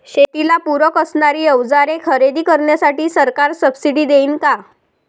शेतीला पूरक असणारी अवजारे खरेदी करण्यासाठी सरकार सब्सिडी देईन का?